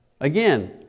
Again